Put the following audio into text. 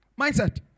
Mindset